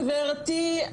גברתי,